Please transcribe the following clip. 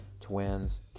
Twins